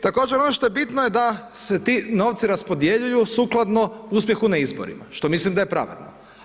Također, ono što je bitno je da se ti novci raspodjeljuju sukladno uspjehu na izborima, što mislim da je pravedno.